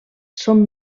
són